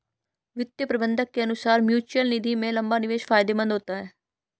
वित्तीय प्रबंधक के अनुसार म्यूचअल निधि में लंबा निवेश फायदेमंद होता है